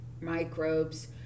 microbes